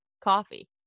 coffee